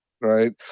right